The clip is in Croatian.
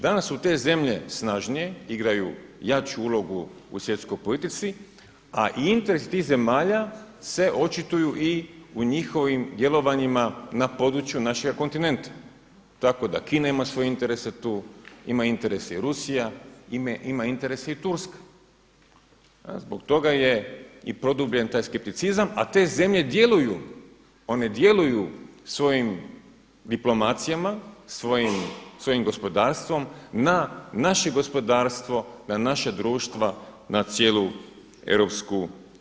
Danas su te zemlje snažnije, igraju jaču ulogu u svjetskoj politici, a interesi tih zemalja se očituju i u njihovim djelovanjima na području našega kontinenta, tako da Kina ima svoje interese tu, ima interese i Rusija, ima interese i Turska pa zbog toga je i produbljen taj skepticizam, a te zemlje djeluju one djeluju svojim diplomacijama, svojim gospodarstvom na naše gospodarstvo, na naša društva, na cijelu EU.